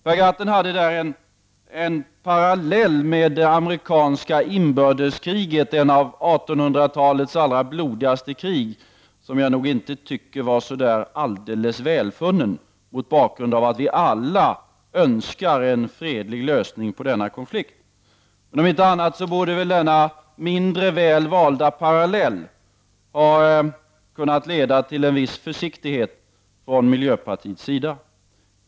Per Gahrton hade där en parallell med det amerikanska inbördeskriget, ett av 1800-talets allra blodigaste krig, som jag nog inte tycker var så där alldeles välfunnen, mot bakgrund av att vi alla önskar en fredlig lösning på denna konflikt. Om inte annat borde väl denna mindre väl valda parallell ha kunnat leda till en viss försiktighet från miljöpartiets sida.